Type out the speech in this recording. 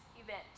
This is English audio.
event